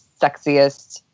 sexiest